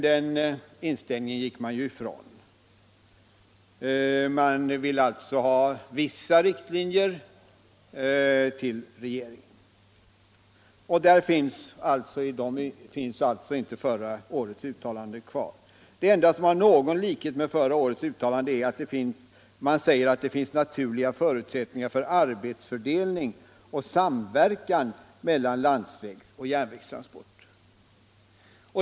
Den inställningen gick de emellertid ifrån. De vill nu att vissa riktlinjer skall meddelas regeringen, men i dem finns alltså inte förra årets uttalande kvar. Det enda som har någon likhet med förra årets uttalande är att de säger att det finns naturliga förutsättningar för arbetsfördelning och samverkan mellan landsvägs och järnvägstransport.